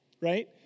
right